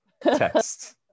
text